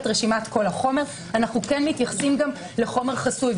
רשימת כל החומר אנו כן מתייחסים לחומר חסוי.